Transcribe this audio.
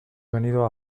venido